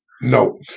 No